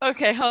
Okay